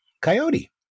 Coyote